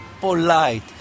polite